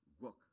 work